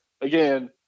again